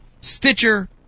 Stitcher